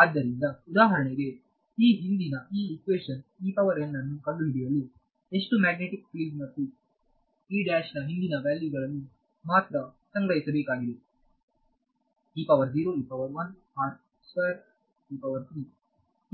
ಆದ್ದರಿಂದ ಉದಾಹರಣೆಗೆ ಈ ಹಿಂದಿನ ಈ ಹಿಕ್ವಿಷನ್ ಅನ್ನು ಕಂಡುಹಿಡಿಯಲು ಎಷ್ಟು ಮ್ಯಾಗ್ನೆಟಿಕ್ ಫೀಲ್ಡ್ ಮತ್ತು ನ ಹಿಂದಿನ ವ್ಯಾಲ್ಯೂ ಗಳನ್ನು ಮಾತ್ರ ಸಂಗ್ರಹಿಸಬೇಕಾಗಿದೆ